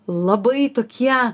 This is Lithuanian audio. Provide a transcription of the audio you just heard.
labai tokie